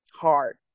hard